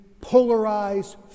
polarized